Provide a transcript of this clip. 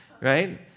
Right